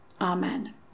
Amen